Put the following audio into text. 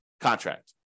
contract